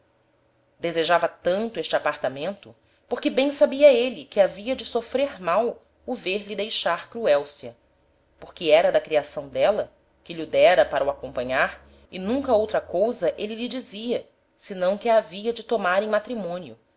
desejava tanto este apartamento porque bem sabia êle que havia de sofrer mal o ver-lhe deixar cruelcia porque era da criação d'éla que lh'o dera para o acompanhar e nunca outra cousa êle lhe dizia senão que a havia de tomar em matrimonio